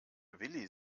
willi